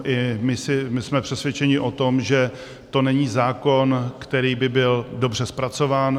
I my jsme přesvědčeni o tom, že to není zákon, který by byl dobře zpracován.